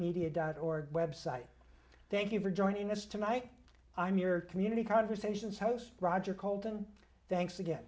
media dot org website thank you for joining us tonight i'm your community conversations host roger colden thanks again